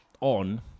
on